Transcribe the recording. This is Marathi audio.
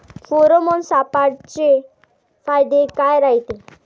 फेरोमोन सापळ्याचे फायदे काय रायते?